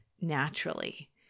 naturally